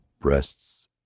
breasts